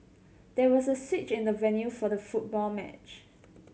there was a switch in the venue for the football match